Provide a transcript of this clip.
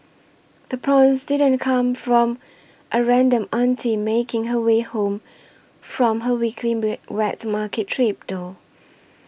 the prawns didn't come from a random auntie making her way home from her weekly bing wet market trip though